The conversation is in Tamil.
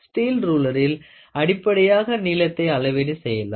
ஸ்ட்டீல் ரூலரில் அடிப்படையாக நீலத்தை அளவீடு செய்யலாம்